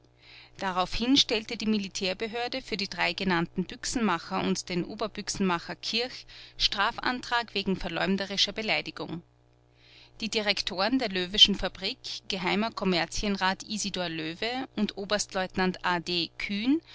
daraufhin stellte die militärbehörde für die drei genannten büchsenmacher und den oberbüchsenmacher kirch strafantrag wegen verleumderischer beleidigung die direktoren der löweschen fabrik geh kommerzienrat isidor löwe und oberstleutnant a d kühn